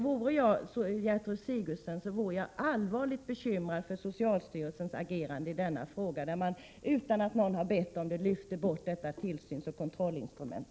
Vore jag Gertrud Sigurdsen skulle jag vara allvarligt bekymrad över socialstyrelsens agerande i denna fråga, där man utan att någon har bett om det lyfter bort detta tillsynsoch kontrollinstrument.